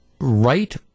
right